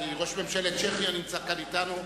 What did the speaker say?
כי ראש ממשלת צ'כיה נמצא כאן אתנו,